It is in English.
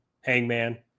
Hangman